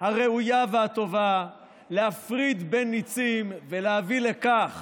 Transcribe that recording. הראויה והטובה להפריד בין ניצים, ולהביא לכך